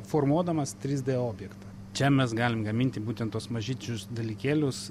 formuodamas trys d objektą čia mes galim gaminti būtent tuos mažyčius dalykėlius